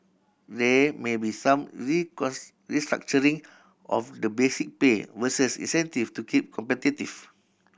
there may be some restructuring of the basic pay versus incentive to keep competitive